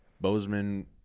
Bozeman